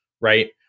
right